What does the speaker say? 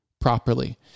properly